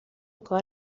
کار